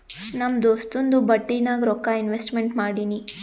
ನಮ್ ದೋಸ್ತುಂದು ಬಟ್ಟಿ ನಾಗ್ ರೊಕ್ಕಾ ಇನ್ವೆಸ್ಟ್ಮೆಂಟ್ ಮಾಡಿನಿ